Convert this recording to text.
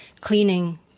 cleaning